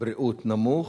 בריאות נמוך,